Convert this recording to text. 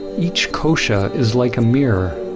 each kosha is like a mirror.